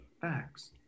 facts